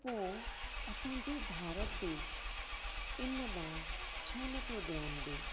त पोइ असांजो भारत देश इन लाइ छो नथो ध्यानु डिए